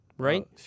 Right